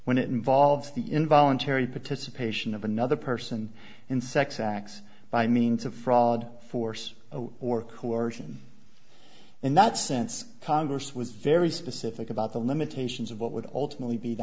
when it involves the involuntary participation of another person in sex acts by means of fraud force or coercion in that sense congress was very specific about the limitations of what would ultimately be the